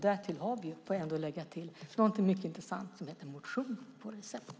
Därtill har vi, får jag lägga till, någonting mycket intressant som heter motion på recept.